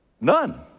none